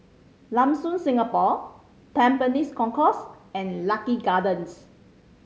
Lam Soon Singapore Tampines Concourse and Lucky Gardens